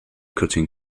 cutting